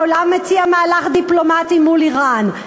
העולם מציע מהלך דיפלומטי מול איראן.